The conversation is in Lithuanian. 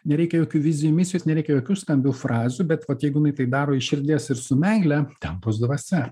nereikia jokių vizijų misijos nereikia jokių skambių frazių bet vat jeigu jinai tai daro iš širdies ir su meile ten bus dvasia